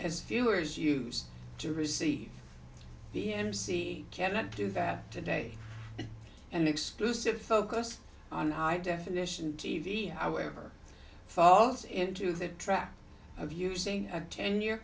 as viewers used to receive the m c can't do that today an exclusive focus on high definition t v however falls into the trap of using a ten year